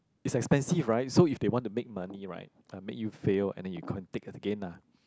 it's expensive right so if they want to make money right uh make you fail and then you con~ take again lah